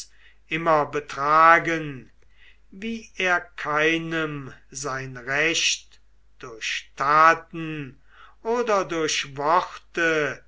immer betragen wie er keinem sein recht durch taten oder durch worte